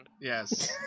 Yes